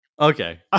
Okay